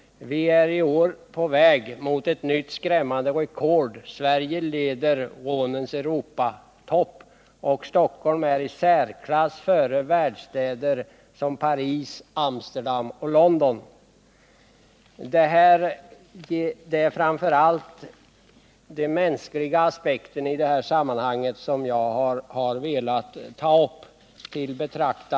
I år är vi på väg mot ett nytt skrämmande rekord. Sverige leder rånets Europatopp, och Stockholm är i särklass före världsstäder som Paris, Amsterdam och London.” Det är framför allt den mänskliga aspekten i detta sammanhang som jag velat ta upp.